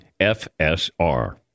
FSR